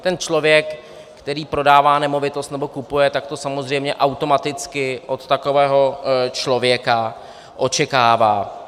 Ten člověk, který prodává nemovitost nebo kupuje, tak to samozřejmě automaticky od takového člověka očekává.